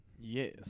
Yes